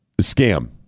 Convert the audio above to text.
Scam